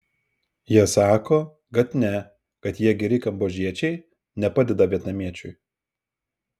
jie sako kad ne kad jie geri kambodžiečiai nepadeda vietnamiečiui